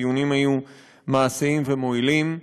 הדיונים היו מעשיים ומועילים.